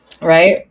Right